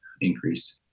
increase